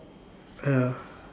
uh